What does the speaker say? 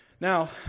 Now